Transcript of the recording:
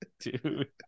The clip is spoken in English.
Dude